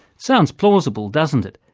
sounds plausible, doesn't it,